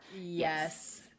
Yes